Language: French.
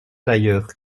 d’ailleurs